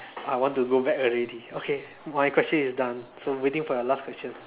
I want to go back already okay my question is done so waiting for your last question